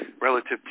relative